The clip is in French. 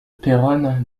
péronne